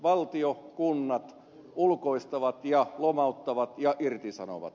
valtio kunnat ulkoistavat ja lomauttavat ja irtisanovat